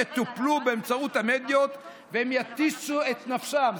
יטופלו באמצעות המדיות והם יתישו את נפשם.